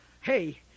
hey